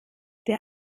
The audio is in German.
der